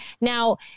now